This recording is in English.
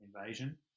invasion